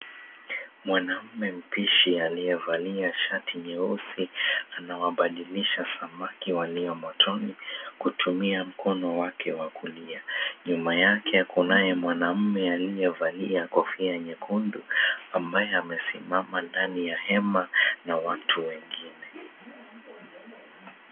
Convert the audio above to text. Mwanamume mpishe aliyevalia shati nyeusi anawabadilisha samaki walio motoni kutumia mkono wake wa kulia. Nyuma yake kunaye mwanamume aliyevalia kofia nyekundu, ambaye amesimama ndani ya hema na watu wengine.